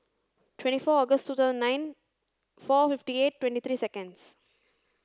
twenty four August two thousand nine four fifty eight twenty three seconds